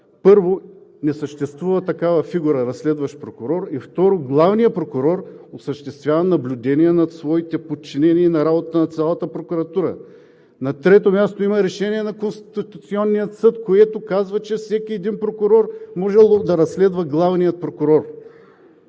не съществува такава фигура – разследващ прокурор, и второ, главният прокурор осъществява наблюдение над своите подчинени и работата на цялата прокуратура. На трето място, има решение на Конституционния съд, което казва, че всеки един прокурор може да разследва главния прокурор,